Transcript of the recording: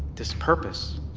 this purpose.